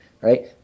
right